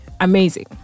amazing